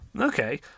Okay